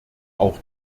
auch